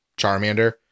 Charmander